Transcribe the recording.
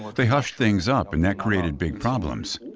they hushed things up and that created big problems.